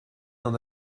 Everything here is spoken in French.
d’en